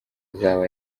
azaba